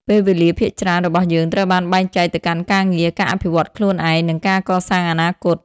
ពេលវេលាភាគច្រើនរបស់យើងត្រូវបានបែងចែកទៅកាន់ការងារ ការអភិវឌ្ឍន៍ខ្លួនឯង និងការកសាងអនាគត។